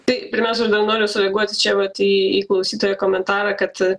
tai pirmiausia noriu sureaguoti čia vat į į klausytojo komentarą kad